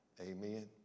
Amen